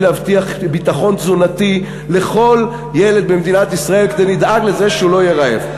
להבטיח ביטחון תזונתי לכל ילד במדינת ישראל ונדאג לזה שהוא לא יהיה רעב.